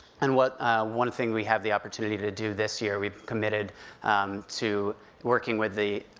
and what one thing we have the opportunity to do this year, we've committed to working with the,